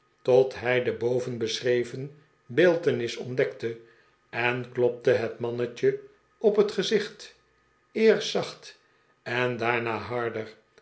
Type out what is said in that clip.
tot hij de boven beschreven beeltenis ontdekte en klopte het mannetje op het gezicht eerst zacht en daarna harder